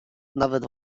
nawet